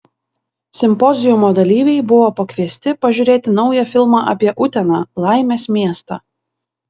simpoziumo dalyviai buvo pakviesti pažiūrėti naują filmą apie uteną laimės miestą